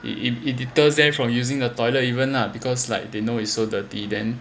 it deters them from using the toilet even lah because like they know it's so dirty then